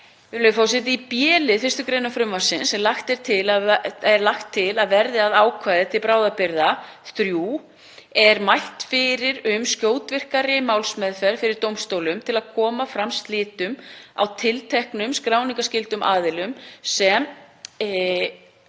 forseti. Í b-lið 1. gr. frumvarpsins, sem lagt er til að verði að ákvæði til bráðabirgða III, er mælt fyrir um skjótvirkari málsmeðferð fyrir dómstólum til að koma fram slitum á tilteknum skráningarskyldum aðilum sem